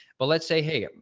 but let's say hey, um